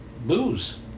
booze